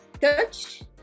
touch